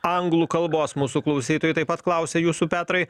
anglų kalbos mūsų klausytojai taip pat klausia jūsų petrai